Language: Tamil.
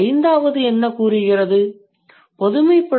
ஐந்தாவது எப்படி